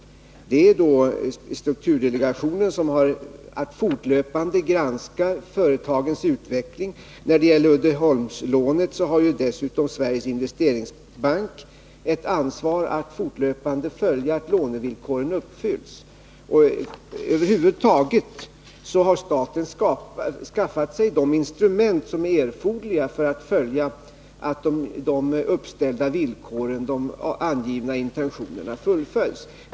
Jag tänker bl.a. på strukturdelegationen, som har att fortlöpande granska företagens utveckling, och när det gäller Uddeholmslånet på Sveriges investeringsbank som har ett ansvar att fortlöpande bevaka att lånevillkoren uppfylls. Över huvud taget har staten skaffat sig de instrument som erfordras för att se om de angivna intentionerna fullföljs.